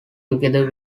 together